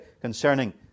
concerning